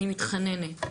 אני מתחננת,